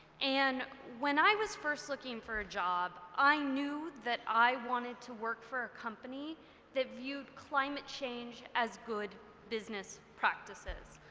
and when i was first looking for a job, i knew that i wanted to work for a company that viewed climate change as good business practices.